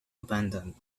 abandoned